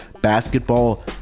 basketball